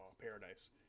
paradise